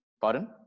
Pardon